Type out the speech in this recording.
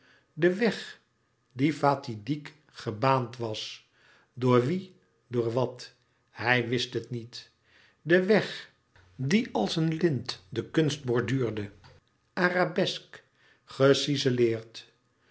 den weg die fatidiek gebaand was door wie door wat hij wist het niet den weg dien als een lint de kunst borduurde arabesk gecizeleerd